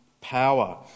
power